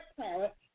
parents